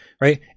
right